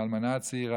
האלמנה הצעירה,